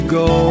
go